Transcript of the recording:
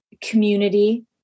community